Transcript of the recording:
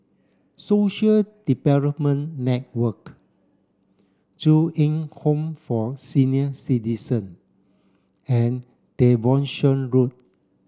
Social Development Network Ju Eng Home for Senior Citizen and Devonshire Road